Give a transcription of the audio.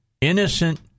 innocent